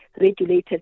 regulated